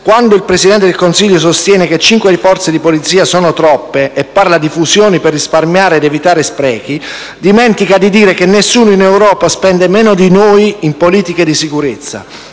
Quando il Presidente del Consiglio sostiene che cinque Forze di polizia sono troppe e parla di fusioni per risparmiare ed evitare sprechi, dimentica di dire che nessuno in Europa spende meno di noi in politiche di sicurezza.